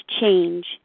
change